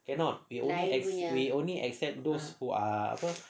cannot we only we only accept those who are apa